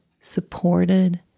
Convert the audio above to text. supported